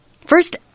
first